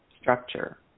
structure